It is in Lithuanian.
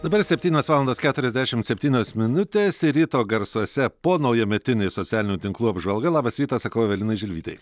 dabar septynios valandos keturiasdešimt septynios minutės ryto garsuose ponaujametinė socialinių tinklų apžvalga labas rytas sakau evelinai želvytei